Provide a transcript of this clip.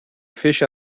fish